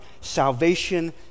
salvation